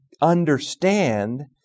understand